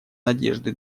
надежды